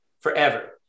forever